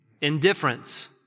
indifference